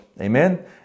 Amen